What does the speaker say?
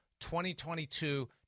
2022